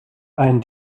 ein